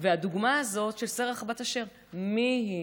והדוגמה הזאת של שרח בת אשר, מי היא?